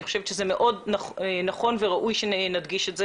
אני חושבת שנכון וראוי שנדגיש את זה